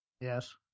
Yes